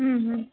ம் ம்